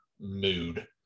mood